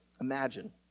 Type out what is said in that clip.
imagine